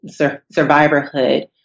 survivorhood